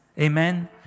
Amen